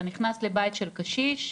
אתה נכנס לבית של קשיש,